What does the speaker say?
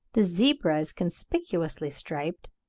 the zebra is conspicuously striped,